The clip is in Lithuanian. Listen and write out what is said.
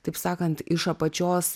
taip sakant iš apačios